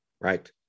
Right